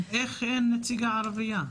איך אין נציגה ערביה?